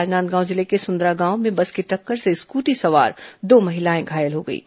राजनांदगांव जिले के सुंदरा गांव में बस की टक्कर से स्कूटी सवार दो महिलाएं घायल हो गईं